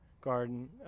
garden